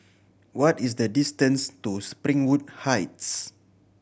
what is the distance to Springwood Heights